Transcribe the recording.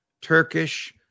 Turkish